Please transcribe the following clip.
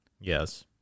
yes